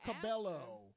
Cabello